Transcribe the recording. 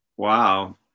Wow